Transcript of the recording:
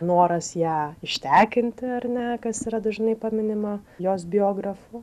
noras ją ištekinti ar ne kas yra dažnai paminima jos biografų